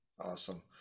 awesome